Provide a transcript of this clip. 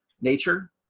nature